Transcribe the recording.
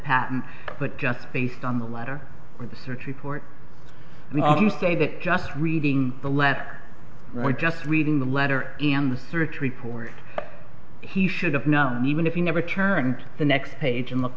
patent but just based on the letter or the search report we say that just reading the letter right just reading the letter in the search report he should have known even if he never turned the next page and look